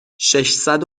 ششصد